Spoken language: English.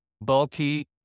bulky